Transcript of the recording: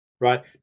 right